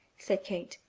said kate.